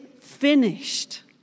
finished